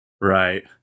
Right